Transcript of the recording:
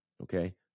okay